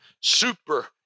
super